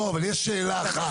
לא, אבל יש שאלה אחת.